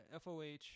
FOH